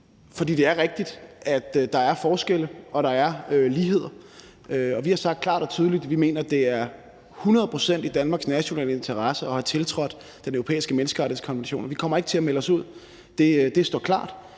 For det er rigtigt, at der er forskelle, og at der er ligheder. Vi har sagt klart og tydeligt, at vi mener, at det er hundrede procent i Danmarks nationale interesse at have tiltrådt Den Europæiske Menneskerettighedskonvention, og vi kommer ikke til at melde os ud – det står klart.